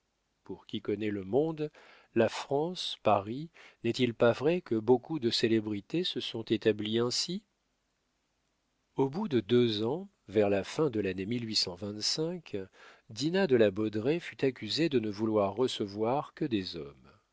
pour qui connaît le monde la france paris n'est-il pas vrai que beaucoup de célébrités se sont établies ainsi au bout de deux ans vers la fin de lannée dina de la baudraye fut accusée de ne vouloir recevoir que des hommes